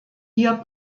hier